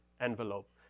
envelope